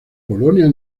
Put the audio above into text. colonia